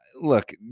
look